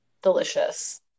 delicious